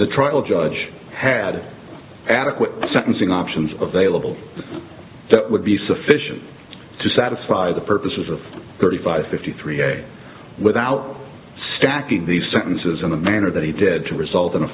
the trial judge had adequate sentencing options available that would be sufficient to satisfy the purposes of thirty five fifty three a day without stacking these sentences in the manner that he did to result